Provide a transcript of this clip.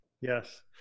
yes